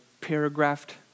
paragraphed